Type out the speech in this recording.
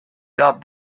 got